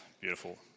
beautiful